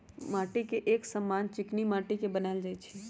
माटीके बैंक समान्य चीकनि माटि के बनायल जाइ छइ